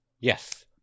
Yes